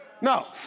No